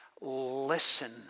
Listen